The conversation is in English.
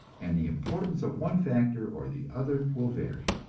and the importance of one factor or the other will vary